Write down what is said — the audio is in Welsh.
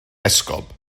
esgob